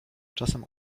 czasem